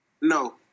No